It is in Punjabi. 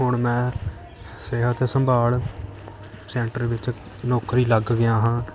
ਹੁਣ ਮੈਂ ਸਿਹਤ ਸੰਭਾਲ ਸੈਂਟਰ ਵਿੱਚ ਨੌਕਰੀ ਲੱਗ ਗਿਆ ਹਾਂ